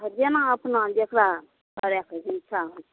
हँ जेना अपना जेकरा करैके इच्छा होइ छै